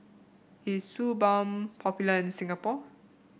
is Suu Balm popular in Singapore